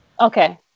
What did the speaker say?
Okay